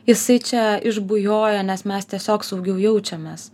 jisai čia išbujojo nes mes tiesiog saugiau jaučiamės